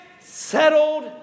settled